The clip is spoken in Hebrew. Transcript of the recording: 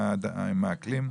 עם האקלים,